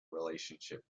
relationship